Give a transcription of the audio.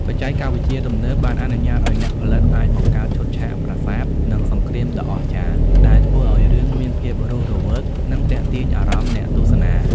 បច្ចេកវិទ្យាទំនើបបានអនុញ្ញាតឲ្យអ្នកផលិតអាចបង្កើតឈុតឆាកប្រាសាទ និងសង្រ្គាមដ៏អស្ចារ្យ ដែលធ្វើឲ្យរឿងមានភាពរស់រវើក និងទាក់ទាញអារម្មណ៍អ្នកទស្សនា។